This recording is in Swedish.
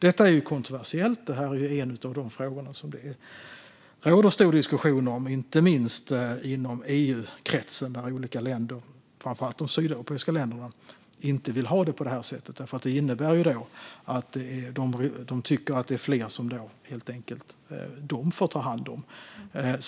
Detta är kontroversiellt; det är en av de frågor som det råder stor diskussion om, inte minst inom EU-kretsen. Olika länder, framför allt de sydeuropeiska länderna, vill inte ha det på det här sättet, för de tycker att de får ta hand om fler.